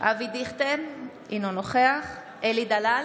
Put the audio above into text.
אבי דיכטר, אינו נוכח אלי דלל,